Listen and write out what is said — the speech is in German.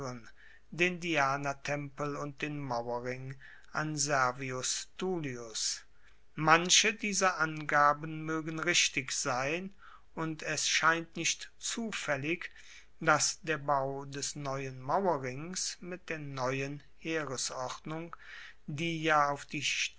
den dianatempel und den mauerring an servius tullius manche dieser angaben moegen richtig sein und es scheint nicht zufaellig dass der bau des neuen mauerrings mit der neuen heeresordnung die ja auf die